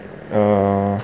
err